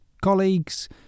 colleagues